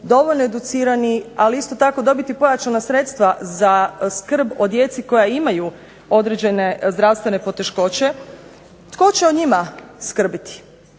dovoljno educirani, ali isto tako dobiti pojačana sredstva za skrb o djeci koja imaju određene zdravstvene poteškoće, tko će o njima skrbiti?